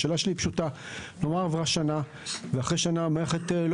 השאלה שלי היא פשוטה: אם עברה שנה והמערכת עדיין לא